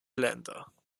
länder